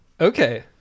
Okay